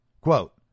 quote